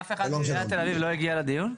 אף אחד מעיריית תל אביב לא הגיע לדיון פיזית?